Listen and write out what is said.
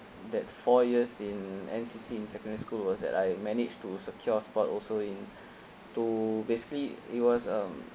that four years in N_C_C in secondary school was that I managed to secure spot also in to basically it was um